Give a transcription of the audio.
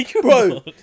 Bro